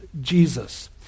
Jesus